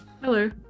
Hello